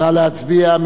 נא להצביע.